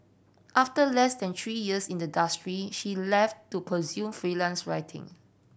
after less than three years in the she left to pursue freelance writing